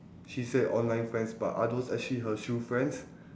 she said online friends but are those actually her true friends